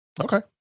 Okay